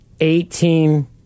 eighteen